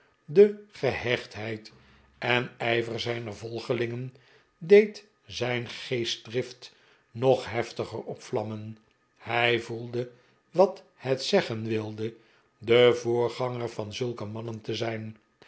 de gehechtheid en ijver zijner volgelingen deed zijn geestdrift nog heftiger opvlammen hij voelde wat bet zeggen wilde de voorganger van zulke mannen te zijn